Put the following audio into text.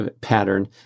pattern